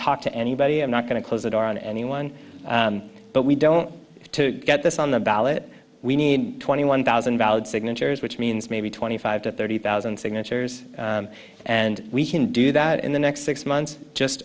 talk to anybody i'm not going to close the door on anyone but we don't have to get this on the ballot we need twenty one thousand valid signatures which means maybe twenty five to thirty thousand signatures and we can do that in the next six months just